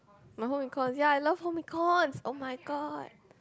my home-econs ya I love home-econs [oh]-my-god